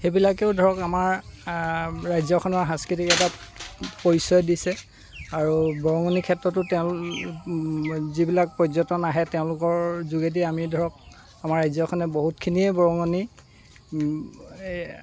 সেইবিলাকেও ধৰক আমাৰ ৰাজ্যখনৰ সাংস্কৃতিক এটা পৰিচয় দিছে আৰু বৰঙনি ক্ষেত্ৰতো তেওঁ যিবিলাক পৰ্যটন আহে তেওঁলোকৰ যোগেদি আমি ধৰক আমাৰ ৰাজ্যখনে বহুতখিনিয়ে বৰঙনি